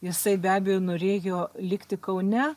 jisai be abejo norėjo likti kaune